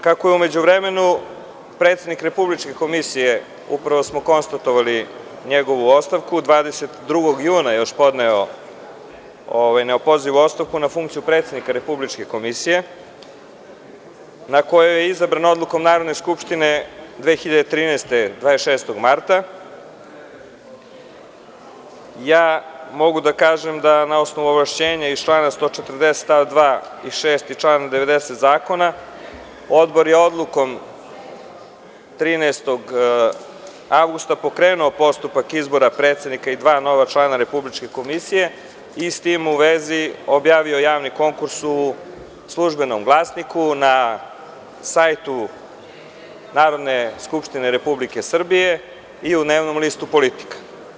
Kako je u međuvremenu predsednik Republičke komisije, a upravo smo konstatovali njegovu ostavku, 22. juna podneo neopozivu ostavku na funkciju predsednika Republičke komisije, na koju je izabran odlukom Narodne skupštine 26. marta 2013. godine, ja mogu da kažem da je, na osnovu ovlašćenja iz člana 140. st. 2. i 6. i član 90. zakona, Odbor odlukom 13. avgusta pokrenuo postupak reizbora predsednika i dva nova člana Republičke komisije i sa tim u vezi objavio javni konkurs u „Službenom glasniku“, na sajtu Narodne skupštine Republike Srbije i u dnevnom listu „Politika“